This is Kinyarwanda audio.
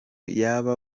y’aba